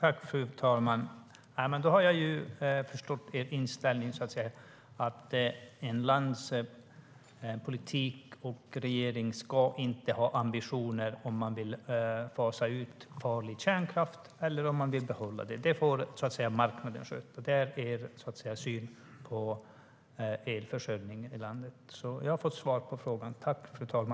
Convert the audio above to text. Fru talman! Då har jag förstått er inställning, Rickard Nordin: Landspolitiken och regeringen ska inte ha ambitioner att fasa ut farlig kärnkraft eller att behålla den. Det får marknaden sköta. Det är er syn på elförsörjningen i landet. Jag har fått svar på min fråga.